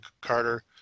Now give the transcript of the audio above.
Carter